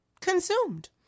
consumed